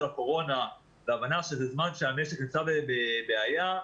הקורונה והבנה שזה מצב שהמשק נמצא בבעיה,